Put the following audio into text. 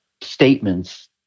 statements